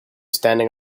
standing